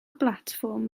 blatfform